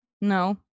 No